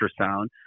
ultrasound